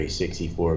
$64